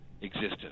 existence